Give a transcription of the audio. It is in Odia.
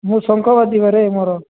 ମୁଁ ଶଙ୍ଖ ବାଜିବରେ ମୋର